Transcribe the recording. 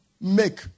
make